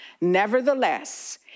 Nevertheless